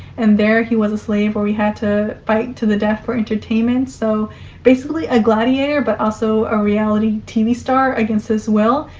and there, he was a slave he had to fight to the death for entertainment, so basically a gladiator but also a reality tv star, against his will.